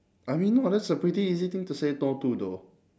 I mean no that's a pretty easy thing to say no to though